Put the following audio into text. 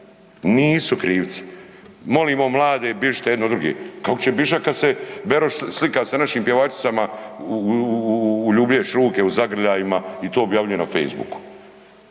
nisu krivci. Molimo mlade bižte jedni od drugih. Kako će bižat kad se Beroš slika sa našim pjevačicama u ljubljenju šunke, u zagrljajima i to objavljuje na facebooku.